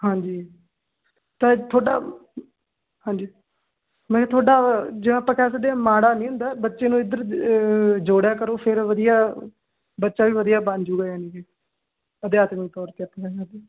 ਹਾਂਜੀ ਤਾ ਤੁਹਾਡਾ ਹਾਂਜੀ ਮੈਂ ਤੁਹਾਡਾ ਜਿਵੇਂ ਆਪਾਂ ਕਹਿ ਸਕਦੇ ਹਾਂ ਮਾੜਾ ਨਹੀਂ ਹੁੰਦਾ ਬੱਚੇ ਨੂੰ ਇੱਧਰ ਜੋੜਿਆ ਕਰੋ ਫਿਰ ਵਧੀਆ ਬੱਚਾ ਵੀ ਵਧੀਆ ਬਣ ਜੁਗਾ ਯਾਨੀ ਕਿ ਅਧਿਆਤਮਿਕ ਤੋਰ 'ਤੇ